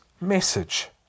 message